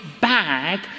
bag